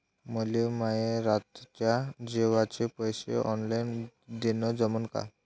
मले माये रातच्या जेवाचे पैसे ऑनलाईन देणं जमन का?